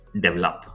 develop